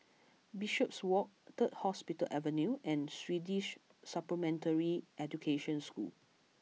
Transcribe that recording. Bishopswalk Third Hospital Avenue and Swedish Supplementary Education School